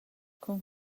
cun